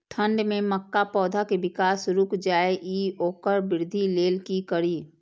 ठंढ में मक्का पौधा के विकास रूक जाय इ वोकर वृद्धि लेल कि करी?